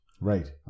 Right